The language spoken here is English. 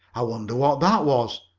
i wonder what that was?